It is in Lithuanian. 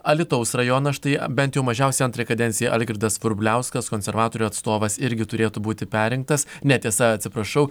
alytaus rajono štai bent jau mažiausiai antrą kadenciją algirdas vrubliauskas konservatorių atstovas irgi turėtų būti perrinktas ne tiesa atsiprašau